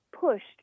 pushed